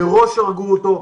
מראש הרגו אותו,